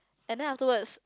and then afterwards